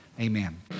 Amen